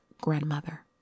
grandmother